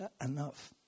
enough